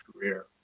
career